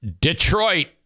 Detroit